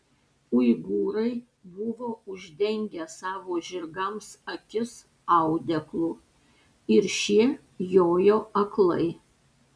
uigūrai buvo uždengę savo žirgams akis audeklu ir šie jojo aklai